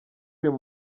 uyu